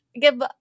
give